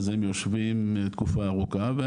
אז הם יושבים תקופה ארוכה.